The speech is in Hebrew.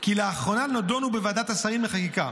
כי לאחרונה נדונו בוועדת השרים לחקיקה